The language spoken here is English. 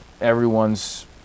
everyone's